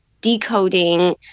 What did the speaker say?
decoding